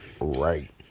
Right